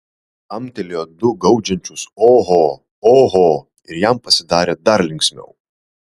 amtelėjo du gaudžiančius oho oho ir jam pasidarė dar linksmiau